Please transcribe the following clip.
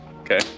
Okay